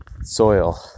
soil